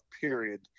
period